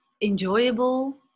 enjoyable